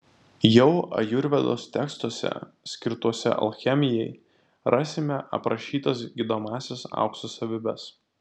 jau ajurvedos tekstuose skirtuose alchemijai rasime aprašytas gydomąsias aukso savybes